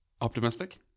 optimistic